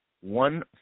one